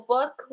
Book